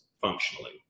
functionally